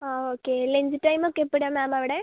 അ okay lunch time ഒക്കെ എപ്പോഴാണ് ma'am അവിടെ